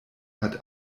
hat